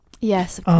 Yes